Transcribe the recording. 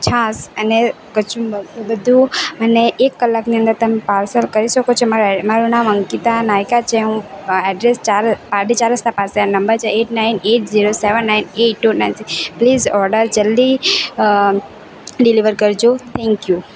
છાશ અને કચુંબર બધું મને એક કલાકની અંદર તમે પાર્સલ કરી શકો છો મારે મારું નામ અંકિતા નાઈકા છે હું એડ્રેસ ચાર પાલડી ચાર રસ્તા પાસે નંબર છે eight nine eight zero seven nine eight two nine six please order જલ્દી ડિલેવર કરજો થેન્ક યુ